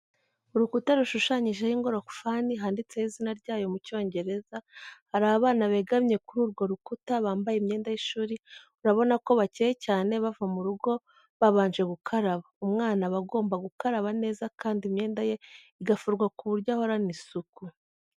Urukuta rushushanyijeho ingorofani handitseho izina ryayo mu Cyongereza, hari abana begamye kuri urwo rukuta bambaye imyenda y'ishuri urabona ko bacyeye cyane bava mu rugo babanje gukaraba. Umwana aba agomba gukaraba neza kandi imyenda ye igafurwa ku buryo ahorana isuku.